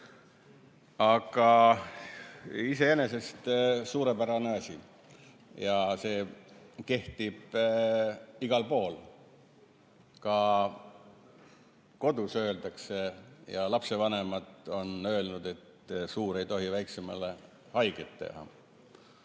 Aga iseenesest suurepärane asi ja see kehtib igal pool. Ka kodus öeldakse ja lapsevanemad on öelnud, et suur ei tohi väiksemale haiget teha.